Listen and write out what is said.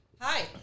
Hi